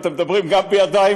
מתגוררים בדירת חדר אחד,